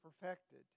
perfected